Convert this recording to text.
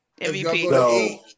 MVP